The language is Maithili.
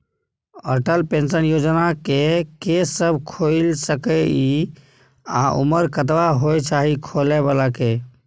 अटल पेंशन योजना के के सब खोइल सके इ आ उमर कतबा होय चाही खोलै बला के?